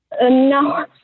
No